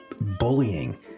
bullying